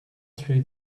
through